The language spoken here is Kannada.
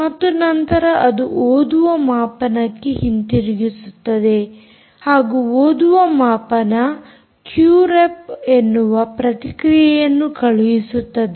ಮತ್ತು ನಂತರ ಅದು ಓದುವ ಮಾಪನಕ್ಕೆ ಹಿಂದಿರುಗುತ್ತದೆ ಹಾಗೂ ಓದುವ ಮಾಪನ ಕ್ಯೂ ರೆಪ್ ಎನ್ನುವ ಪ್ರತಿಕ್ರಿಯೆಯನ್ನು ಕಳುಹಿಸುತ್ತದೆ